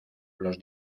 los